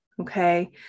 okay